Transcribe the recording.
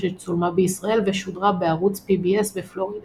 שצולמה בישראל ושודרה בערוץ PBS בפלורידה.